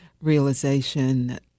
realization